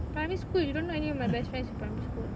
primary school you don't know any of my best friends in primary school